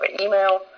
email